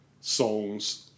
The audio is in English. songs